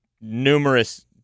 numerous